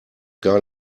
gar